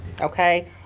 okay